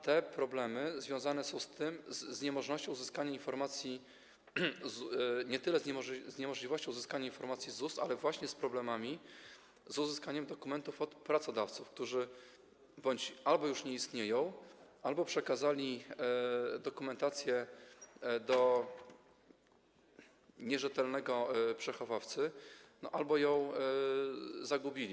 Te problemy związane są z niemożnością uzyskania informacji... nie tyle z niemożnością uzyskania informacji z ZUS, co właśnie z problemami z uzyskaniem dokumentów od pracodawców, którzy albo już nie istnieją, albo przekazali dokumentację do nierzetelnego przechowawcy, albo ją zagubili.